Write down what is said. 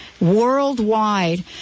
worldwide